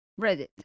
reddit